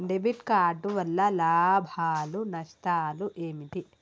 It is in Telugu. డెబిట్ కార్డు వల్ల లాభాలు నష్టాలు ఏమిటి?